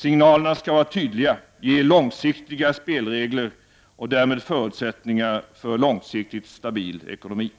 Signalerna skall vara tydliga, ge långsiktiga spelregler och därmed förutsättningar för långsiktigt stabil ekonomi.